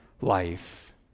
life